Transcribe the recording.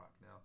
Now